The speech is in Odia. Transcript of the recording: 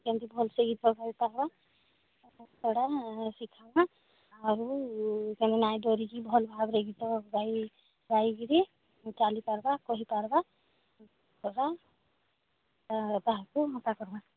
କେମିତି ଭଲରେ ଗୀତ ଗାଇ ପାରିବା ତା ଛଡ଼ା ଶିଖିବା ଆଉ ସେମାନେ ନ ଡରିକି ଭଲ ଭାବରେ ଗୀତ ଗାଇ ଗାଇ କିରି ଚାଲି ପାରିବା କହି ପାରିବା ତାହାକୁ କରିବା